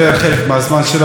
שהיא שפת המקום,